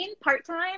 part-time